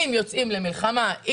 שאם יוצאים למלחמה,